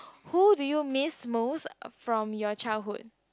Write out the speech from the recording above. who do you miss most from your childhood